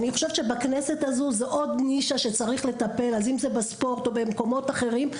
זה עוד נישה שהכנסת הזו צריכה לטפל בה בספורט ובמקומות אחרים.